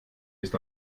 ist